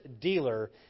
dealer